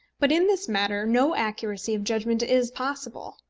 but in this matter no accuracy of judgment is possible.